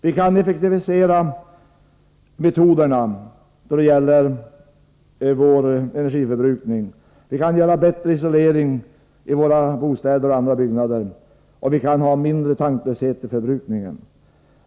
Vi kan effektivisera metoderna då det gäller vår energiförbrukning. Det kan bli bättre isolering i våra bostäder och i andra byggnader, och det kan bli mindre tanklöshet vid förbrukningen.